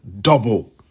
double